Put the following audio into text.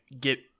get